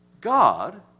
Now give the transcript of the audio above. God